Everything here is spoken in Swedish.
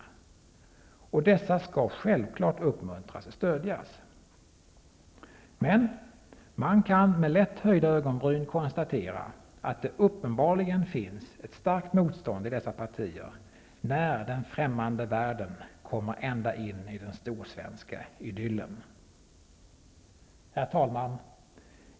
Dessa skall självklart uppmuntras och stödjas. Men man kan, med lätt höjda ögonbryn, konstatera att det uppenbarligen finns ett starkt motstånd i dessa partier när den främmande världen kommer ända in i den storsvenska idyllen! Herr talman!